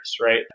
right